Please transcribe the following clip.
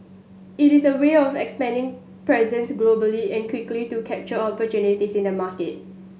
it is a way of expanding presence globally and quickly to capture opportunities in the market